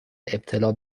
ابتلا